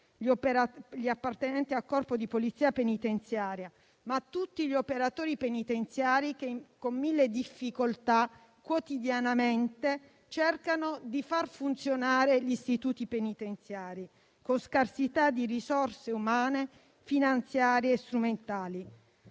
gli appartenenti al corpo della Polizia penitenziaria, ma tutti gli operatori penitenziari, che con mille difficoltà, quotidianamente, cercano di far funzionare gli istituti penitenziari, con scarsità di risorse umane, finanziarie e strumentali.